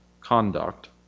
conduct